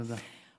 תודה.